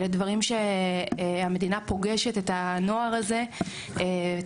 אלה דברים שבהם המדינה פוגשת את הנוער ואת